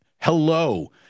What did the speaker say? Hello